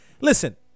listen